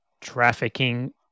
trafficking